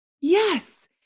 Yes